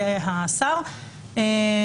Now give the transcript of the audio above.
השר,